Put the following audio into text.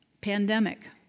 Pandemic